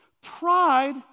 Pride